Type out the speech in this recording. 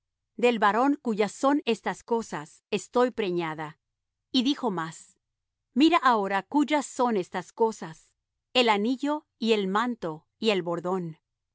del varón cuyas son estas cosas estoy preñada y dijo más mira ahora cuyas son estas cosas el anillo y el manto y el bordón